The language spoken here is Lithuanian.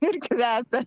ir kvepia